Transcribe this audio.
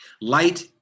Light